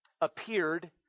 appeared